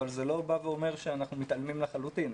אבל זה לא בא ואומר שאנחנו מתעלמים לחלוטין.